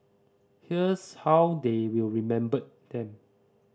here's how they will remember them